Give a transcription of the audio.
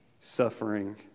suffering